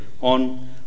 on